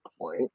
point